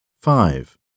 five